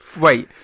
Wait